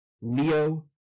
Leo